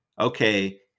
okay